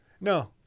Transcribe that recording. No